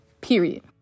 period